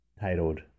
titled